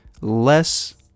less